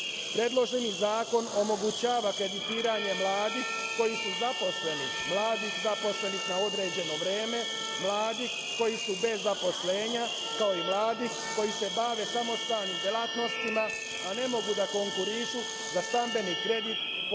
zakon omogućava kreditiranje mladih koji su zaposleni na određeno vreme, mladih koji su bez zaposlenja, kao i mladih koji se bave samostalnim delatnostima, a ne mogu da konkurišu za stambeni kredit kod